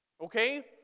Okay